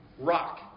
rock